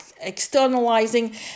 externalizing